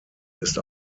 ist